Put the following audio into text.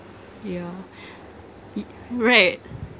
yeah i~ right